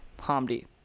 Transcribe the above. Hamdi